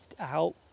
out